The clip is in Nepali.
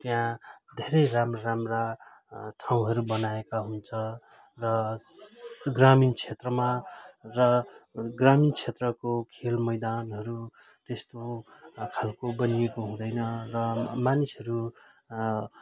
त्यहाँ धेरै राम्रा राम्रा ठाउँहरू बनाएका हुन्छ र स ग्रामीण क्षेत्रमा र ग्रामीण क्षेत्रको खेल मैदानहरू त्यस्तो खालको बनिएको हुँदैन र मानिसहरू